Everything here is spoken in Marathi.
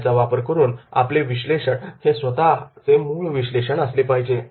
याचा वापर करून आपले विश्लेषण हे आपले स्वतःचे मूळ विश्लेषण असले पाहिजे